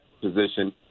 position